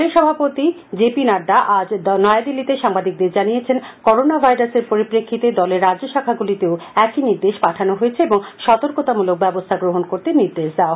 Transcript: দলের সভাপতি J P Nadda আজ নয়াদিল্লিতে সাংবাদিকদের জানিয়েছেন করোনা ভাইরাসের পরিপ্রেক্ষিতে দলের রাজ্য শাখাগুলিতেও একই নির্দেশ পাঠানো হয়েছে এবং সর্তকতামলক ব্যবস্থা গ্রহণ করতে নির্দেশ দেওয়া হয়েছে